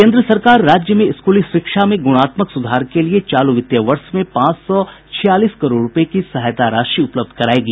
केन्द्र सरकार राज्य में स्कूली शिक्षा में गुणात्मक सुधार के लिए चालू वित्तीय वर्ष में पांच सौ छियालीस करोड़ रूपये की सहायता राशि उपलब्ध करायेगी